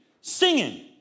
singing